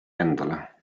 endale